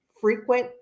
frequent